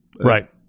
right